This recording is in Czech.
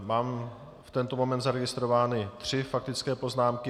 Mám v tento moment zaregistrovány tři faktické poznámky.